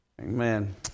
Amen